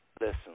Listen